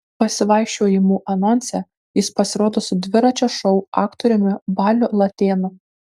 pasivaikščiojimų anonse jis pasirodo su dviračio šou aktoriumi baliu latėnu